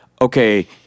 Okay